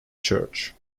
church